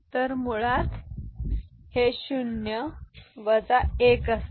तर मुळात ते 0 वजा 1 असते